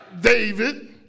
David